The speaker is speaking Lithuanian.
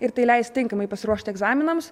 ir tai leis tinkamai pasiruošti egzaminams